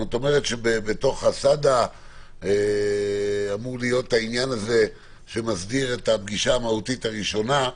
את אומרת שבתוך הסד"א אמורה להיות ההסדרה של הפגישה המהו"תית הראשונה,